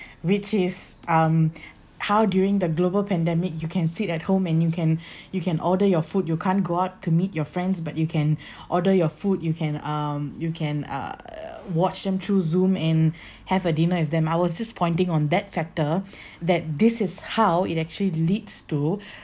which is um how during the global pandemic you can sit at home and you can you can order your food you can't go out to meet your friends but you can order your food you can um you can uh watch them through zoom and have a dinner with them I was just pointing on that factor that this is how it actually leads to